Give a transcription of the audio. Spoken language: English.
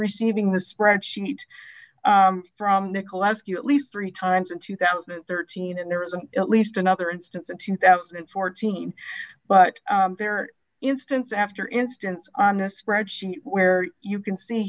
receiving the spreadsheet from nicolaus q at least three times in two thousand and thirteen and there is an least another instance in two thousand and fourteen but there are instance after instance on a spreadsheet where you can see